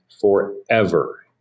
forever